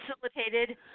facilitated